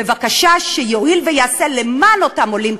בבקשה יואיל ויעשה למען אותם עולים,